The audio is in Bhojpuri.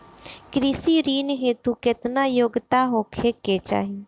कृषि ऋण हेतू केतना योग्यता होखे के चाहीं?